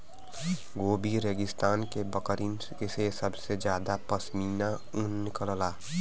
Gobi रेगिस्तान के बकरिन से सबसे जादा पश्मीना ऊन निकलला